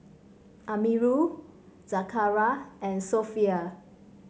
Amirul Zakaria and Sofea